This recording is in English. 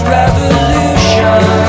revolution